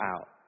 out